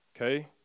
okay